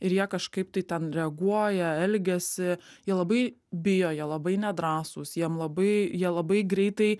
ir jie kažkaip tai ten reaguoja elgiasi jie labai bijo jie labai nedrąsūs jiem labai jie labai greitai